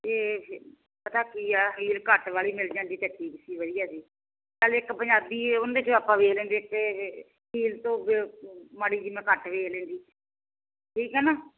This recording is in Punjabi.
ਅਤੇ ਪਤਾ ਕੀ ਆ ਹੀਲ ਘੱਟ ਵਾਲੀ ਮਿਲ ਜਾਂਦੀ ਤਾਂ ਠੀਕ ਸੀ ਵਧੀਆ ਜੀ ਚਲ ਇੱਕ ਪੰਜਾਬੀ ਉਹਦੇ 'ਚ ਆਪਾਂ ਵੇਖ ਲੈਂਦੇ ਅਤੇ ਹੀਲ ਤੋਂ ਮਾੜੀ ਜਿਹੀ ਮੈਂ ਘੱਟ ਵੇਖ ਲੈਂਦੀ ਠੀਕ ਹੈ ਨਾ